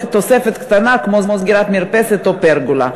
תוספת קטנה כמו סגירת מרפסת או פרגולה.